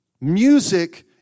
Music